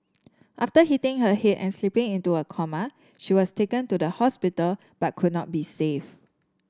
after hitting her head and slipping into a coma she was taken to the hospital but could not be saved